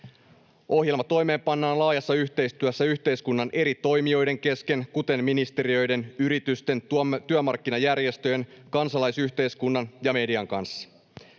Ohjelma toimeenpannaan laajassa yhteistyössä yhteiskunnan eri toimijoiden kesken, kuten ministeriöiden, yritysten, työmarkkinajärjestöjen, kansalaisyhteiskunnan ja median kanssa.